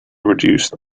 reduced